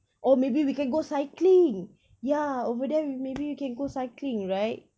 or maybe we can go cycling ya over there we maybe we can go cycling right